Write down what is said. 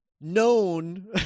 Known